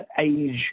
age